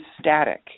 static